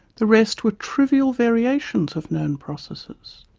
the rest were trivial variations of know processes.